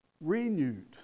renewed